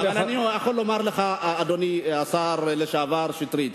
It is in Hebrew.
אני יכול לומר לך, אדוני השר לשעבר שטרית: